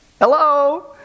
Hello